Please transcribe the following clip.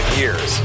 years